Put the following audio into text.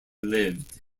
lived